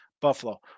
Buffalo